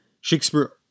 Shakespeare